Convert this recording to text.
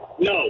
No